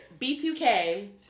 b2k